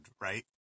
right